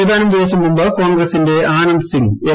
ഏതാനും ദിവസം മുമ്പ് കോൺഗ്രസ്സിന്റെ ആനന്ദ് സിംഗ് എം